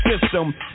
system